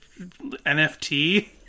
NFT